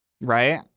Right